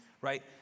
right